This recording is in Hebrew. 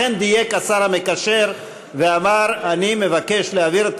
לכן דייק השר המקשר ואמר: אני מבקש להעביר את